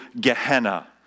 Gehenna